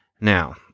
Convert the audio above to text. Now